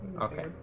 Okay